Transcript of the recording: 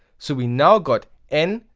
so we now got n,